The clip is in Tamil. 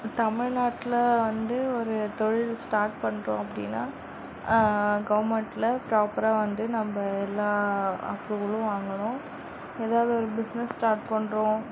தமிழ்நாட்டில் வந்து ஒரு தொழில் ஸ்டார்ட் பண்ணுறோம் அப்படின்னா கவுர்மெண்ட்டில் ப்ராப்பராக வந்து நம்ம எல்லாம் அப்ரூவலும் வாங்கணும் எதாவது ஒரு பிஸ்னஸ் ஸ்டார்ட் பண்ணுறோம்